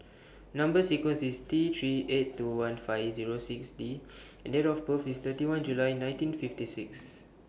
Number sequence IS T three eight two one five Zero six D and Date of birth IS thirty one July nineteen fifty six